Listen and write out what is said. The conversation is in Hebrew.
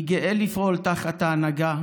אני גאה לפעול תחת ההנהגה